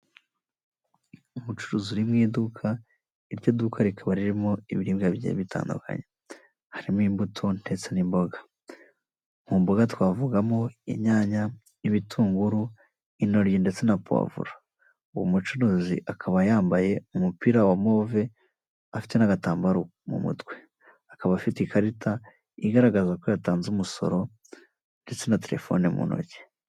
Inzu nshyashya igurishwa mu mujyi wa kigali mu gace ka kanombe ku mafaranga miliyoni mirongo icyenda n'imwe z'amanyarwanda, iyo nzu iri mu bwoko bwa cadasiteri isakajwe amabati ya shokora ndetse inzugi zayo zisa umukara ikaba iteye irangi ry'icyatsi, imbere y'iyo nzu hubatswe amapave.